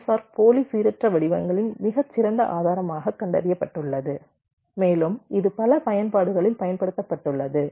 LFSR போலி சீரற்ற வடிவங்களின் மிகச் சிறந்த ஆதாரமாகக் கண்டறியப்பட்டுள்ளது மேலும் இது பல பயன்பாடுகளில் பயன்படுத்தப்பட்டுள்ளது